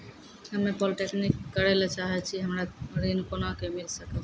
हम्मे पॉलीटेक्निक करे ला चाहे छी हमरा ऋण कोना के मिल सकत?